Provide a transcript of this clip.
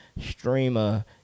Streamer